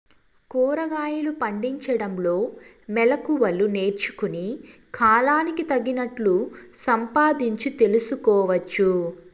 కూరగాయలు పండించడంలో మెళకువలు నేర్చుకుని, కాలానికి తగినట్లు సంపాదించు తెలుసుకోవచ్చు